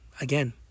again